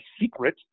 secret